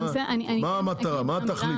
מה המטרה, מה התכלית?